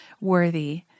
worthy